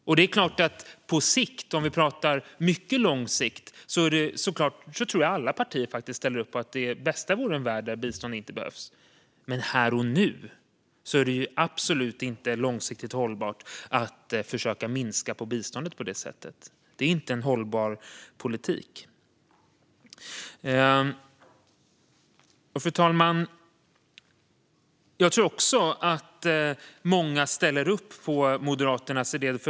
Om vi pratar på mycket lång sikt tror jag såklart att alla partier ställer upp på att det bästa vore om vi hade en värld där bistånd inte behövdes. Men här och nu är det absolut inte långsiktigt hållbart att försöka minska på biståndet på det sättet. Det är inte en hållbar politik. Fru talman! Jag tror också att många ställer upp på Moderaternas idé.